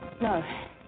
No